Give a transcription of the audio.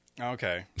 Okay